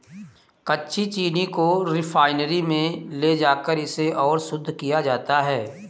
कच्ची चीनी को रिफाइनरी में ले जाकर इसे और शुद्ध किया जाता है